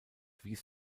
wies